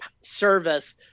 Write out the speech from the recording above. service